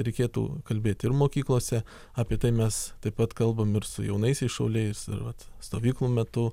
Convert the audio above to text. reikėtų kalbėti ir mokyklose apie tai mes taip pat kalbam ir su jaunaisiais šauliais ir vat stovyklų metu